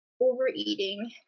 overeating